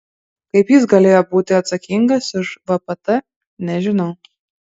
kaip jis galėjo būti atsakingas už vpt nežinau